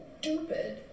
stupid